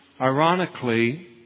Ironically